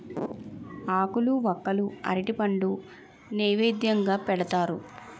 ఆకులు వక్కలు అరటిపండు నైవేద్యంగా పెడతారు